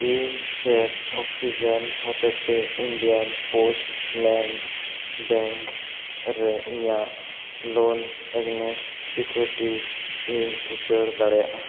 ᱤᱧ ᱪᱮᱫ ᱚᱠᱥᱤᱡᱮᱱ ᱦᱚᱛᱮᱛᱮ ᱤᱱᱰᱤᱭᱟ ᱯᱳᱥᱴ ᱯᱮᱢᱮᱱᱴᱥ ᱵᱮᱝᱠ ᱨᱮ ᱤᱧᱟᱹᱜ ᱞᱳᱱ ᱮᱜᱮᱭᱱᱥᱴ ᱥᱤᱠᱤᱨᱤᱴᱤᱡᱽ ᱤᱧ ᱩᱪᱟᱹᱲ ᱫᱟᱲᱮᱭᱟᱜᱼᱟ